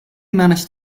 managed